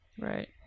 Right